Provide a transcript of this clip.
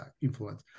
influence